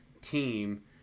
team